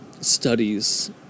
studies